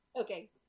okay